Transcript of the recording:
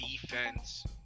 defense